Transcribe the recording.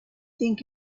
think